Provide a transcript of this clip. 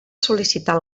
sol·licitar